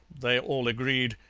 they all agreed,